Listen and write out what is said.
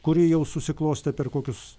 kuri jau susiklostė per kokius